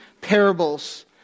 parables